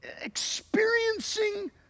experiencing